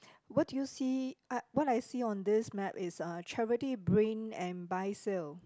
what do you see uh what I see on this map is uh charity brain and buy sale